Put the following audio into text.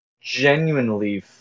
genuinely